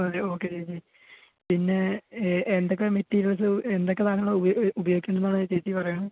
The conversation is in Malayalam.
മതിയാകും ഓക്കെ ചേച്ചി പിന്നെ എന്തൊക്കെ മെറ്റീരിയൽസ് എന്തൊക്കെ സാധനങ്ങളാണ് ഉപ ഉപയോഗിക്കെണ്ടത് എന്നുള്ളതെന്ന് ചേച്ചി പറയണം